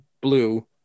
blue